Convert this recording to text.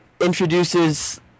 introduces